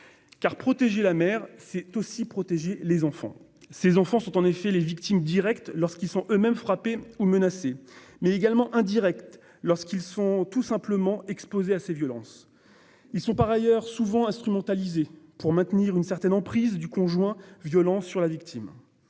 Protéger la mère, c'est aussi protéger les enfants. Ces enfants sont en effet les victimes directes, lorsqu'ils sont eux-mêmes frappés ou menacés, ou indirectes, lorsqu'ils sont tout simplement exposés à ces violences. Par ailleurs, ils sont souvent instrumentalisés pour maintenir une certaine emprise du conjoint violent sur la victime.